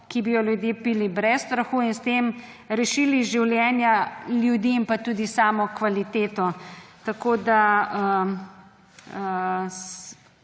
ki bi jo ljudje pili brez strahu, in s tem rešili življenja ljudi in tudi samo kvaliteto. Tako da